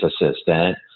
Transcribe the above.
assistant